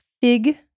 fig